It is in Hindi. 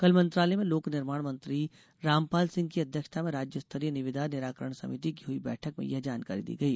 कल मंत्रालय में लोक निर्माण मंत्री रामपाल सिंह की अध्यक्षता में राज्य स्तरीय निविदा निराकरण समिति की हुई बैठक में यह जानकारी दी गई